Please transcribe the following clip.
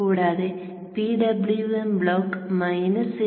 കൂടാതെ PWM block minus 0